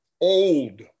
Old